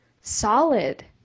solid